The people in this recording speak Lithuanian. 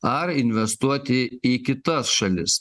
ar investuoti į kitas šalis